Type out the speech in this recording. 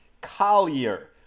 Collier